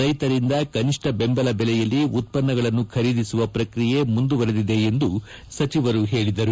ರೈತರಿಂದ ಕನಿಷ್ನ ಬೆಂಬಲ ಬೆಲೆಯಲ್ಲಿ ಉತ್ಪನ್ನಗಳನ್ನು ಖರೀದಿಸುವ ಪ್ರಕ್ರಿಯೆ ಮುಂದುವರಿದಿದೆ ಎಂದು ಸಚಿವರು ತಿಳಿಸಿದ್ದಾರೆ